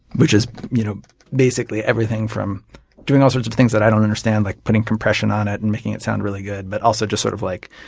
which is you know basically everything from doing all sorts of things that i don't understand, like putting compression on it and making it sound really good. but also just sort of like